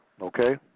Okay